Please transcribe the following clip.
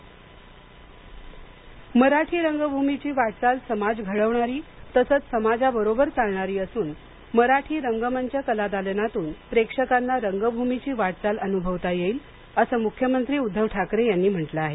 ठाकरे मराठी रंगभूमीची वाटचाल समाज घडवणारी तसंच समाजाबरोबर चालणारी असून मराठी रंगमंच कलादालनातून प्रेक्षकांना रंगभूमीची वाटचाल अनुभवता येईल असं मुख्यमंत्री उद्दव ठाकरे यांनी म्हटलं आहे